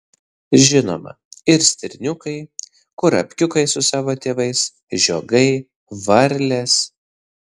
žinoma ir stirniukai kurapkiukai su savo tėvais žiogai varlės